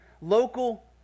local